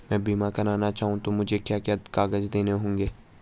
मैं बीमा करना चाहूं तो मुझे क्या क्या कागज़ देने होंगे?